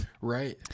Right